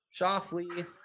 Shoffley